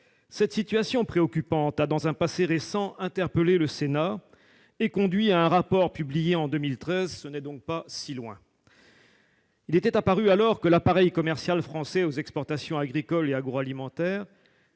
Cette situation préoccupante a dans un passé récent interpellé le Sénat et conduit à un rapport publié en 2013. Ce n'est donc pas si loin ! Il était apparu alors que l'appareil commercial français aux exportations agricoles et agroalimentaires